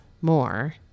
more